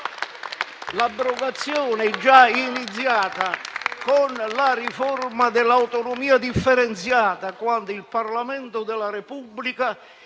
L'abrogazione è già iniziata con la riforma dell'autonomia differenziata, quando il Parlamento della Repubblica